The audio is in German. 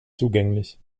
zugänglich